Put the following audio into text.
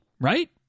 right